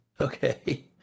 Okay